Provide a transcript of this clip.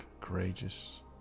courageous